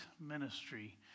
ministry